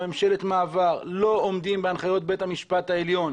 ממשלת מעבר לא עומדים בהנחיות בית המשפט העליון